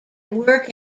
work